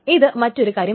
ഇത് മറ്റൊരു കാര്യമാണ്